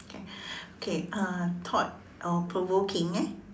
okay okay uh thought or provoking eh